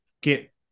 get